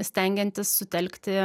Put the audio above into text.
stengiantis sutelkti